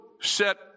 set